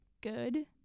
good